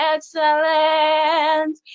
Excellent